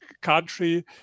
country